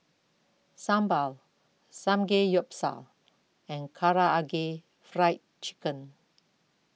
Sambar Samgeyopsal and Karaage Fried Chicken